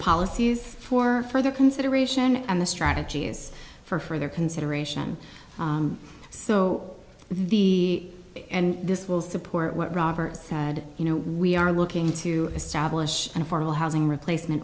policies for further consideration and the strategies for further consideration so the and this will support what robert said you know we are looking to establish an affordable housing replacement